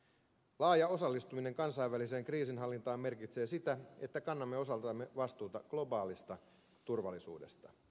laaja osallistuminen kansainväliseen kriisinhallintaan merkitsee sitä että kannamme osaltamme vastuuta globaalista turvallisuudesta